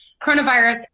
coronavirus